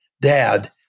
Dad